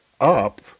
up